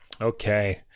okay